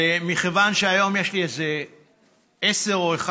מכיוון שהיום יש לי איזה 10 או 11